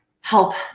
help